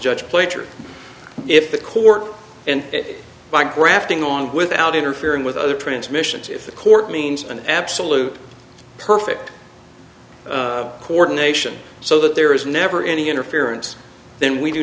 judge plater if the court and by grafting on without interfering with other transmissions if the court means an absolute perfect coordination so that there is never any interference then we do